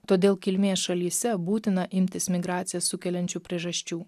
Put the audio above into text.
todėl kilmės šalyse būtina imtis migracijas sukeliančių priežasčių